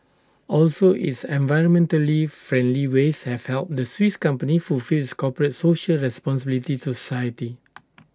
also its environmentally friendly ways have helped the Swiss company fulfil its corporate social responsibility to society